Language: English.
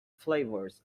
flavors